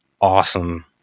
awesome